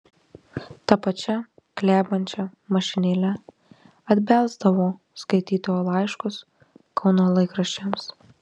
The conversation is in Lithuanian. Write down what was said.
ta pačia klebančia mašinėle atbelsdavo skaitytojų laiškus kauno laikraščiams